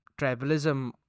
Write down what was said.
tribalism